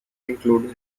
include